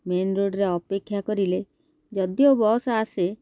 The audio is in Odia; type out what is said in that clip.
ମେନ୍ ରୋଡ଼ରେ ଅପେକ୍ଷା କରିଲେ ଯଦିଓ ବସ୍ ଆସେ